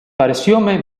parecióme